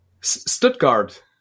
Stuttgart